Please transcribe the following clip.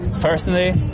personally